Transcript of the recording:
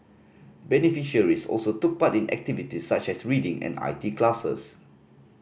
beneficiaries also took part in activities such as reading and I T classes